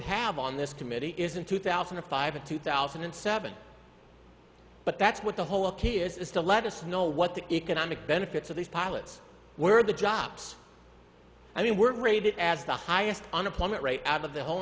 have on this committee is in two thousand and five and two thousand and seven but that's what the whole key is to let us know what the economic benefits of these pilots were the jobs i mean were rated as the highest unemployment rate out of the whole